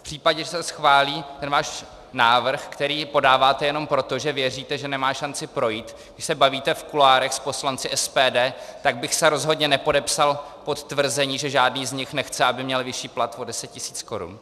V případě, že se schválí váš návrh, který podáváte jenom proto, že věříte, že nemá šanci projít, když se bavíte v kuloárech s poslanci SPD, tak bych se rozhodně nepodepsal pod tvrzení, že žádný z nich nechce, aby měl vyšší plat o 10 tisíc korun.